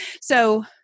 So-